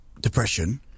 depression